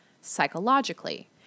psychologically